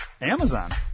amazon